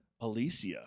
Alicia